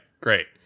Great